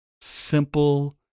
simple